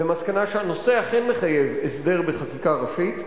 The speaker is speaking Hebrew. למסקנה שהנושא אכן מחייב הסדר בחקיקה ראשית,